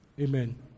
Amen